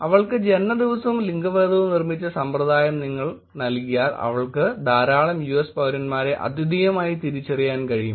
അവൾക്ക് ജനനദിവസവും ലിംഗഭേദവും നിർമ്മിച്ച സമ്പ്രദായം നിങ്ങൾ നൽകിയാൽ അവൾക്ക് ധാരാളം യുഎസ് പൌരന്മാരെ അദ്വിതീയമായി തിരിച്ചറിയാൻ കഴിയും